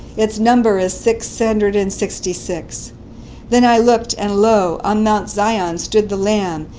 its number is six hundred and sixty-six. then i looked, and lo, on mount zion stood the lamb,